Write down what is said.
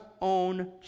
own